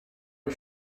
you